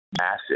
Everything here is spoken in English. massive